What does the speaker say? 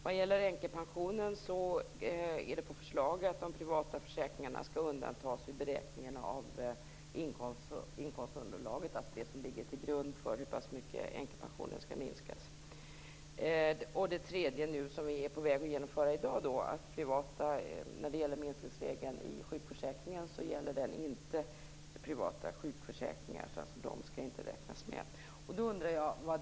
Vad gäller änkepensionen finns förslag om att de privata försäkringarna skall undantas vid beräkningen av inkomstunderlaget, alltså det som ligger till grund för hur pass mycket änkepensionen skall minskas. Sedan till en sak som vi i dag är på väg att genomföra. Minskningsregeln i sjukförsäkringen gäller inte privata sjukförsäkringar, vilka alltså inte skall räknas med.